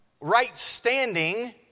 right-standing